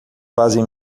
fazem